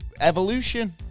evolution